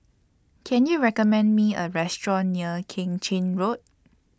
Can YOU recommend Me A Restaurant near Keng Chin Road